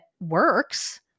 works